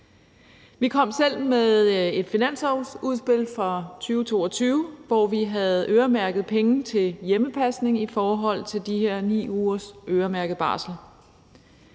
Vi kom selv med et finanslovsudspil for 2022, hvor vi havde øremærket penge til hjemmepasning i forhold til de her 9 ugers øremærket barsel.